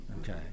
Okay